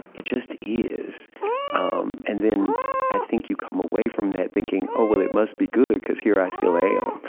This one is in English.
it just is um and then i think you come away from that thinking, oh, well, it must be good, because here i still am.